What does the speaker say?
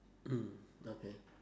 mm okay